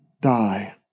die